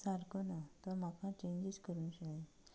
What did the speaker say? सारको ना तो म्हाका चॅंजीस करूंक जाय